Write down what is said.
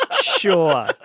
Sure